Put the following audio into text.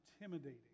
intimidating